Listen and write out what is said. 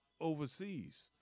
overseas